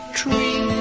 tree